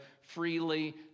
freely